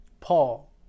Paul